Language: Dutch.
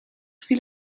viel